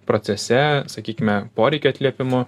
procese sakykime poreikių atliepimu